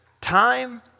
time